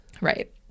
Right